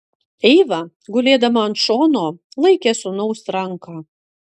eiva gulėdama ant šono laikė sūnaus ranką